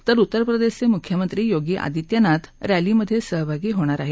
तर उत्तर प्रदेशाचे मुख्यमंत्री योगी आदित्यनाथ रॅलींमध्ये सहभागी होणार आहेत